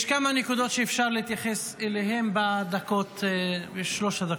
יש כמה נקודות שאפשר להתייחס אליהן בשלוש הדקות.